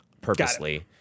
purposely